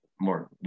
more